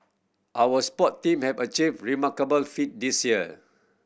our sport team have achieve remarkable feat this year